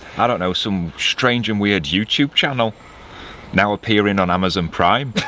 i don't know, some strange and weird youtube channel now appearing on amazon prime.